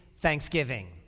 Thanksgiving